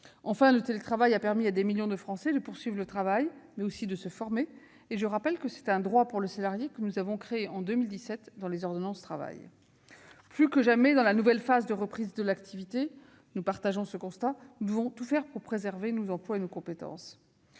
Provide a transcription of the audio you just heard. Enfin, le télétravail a permis à des millions de Français de poursuivre leur activité, mais aussi de se former. Je rappelle que c'est un droit pour le salarié, que nous avons créé en 2017, au travers des ordonnances « travail ». Plus que jamais, dans la nouvelle phase, celle de la reprise de l'activité, nous partageons ce constat : nous devons tout faire pour préserver nos emplois et nos compétences.